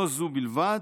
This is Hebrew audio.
לא זו בלבד,